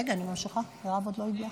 רגע, אני ממשיכה, מירב עוד לא הגיעה.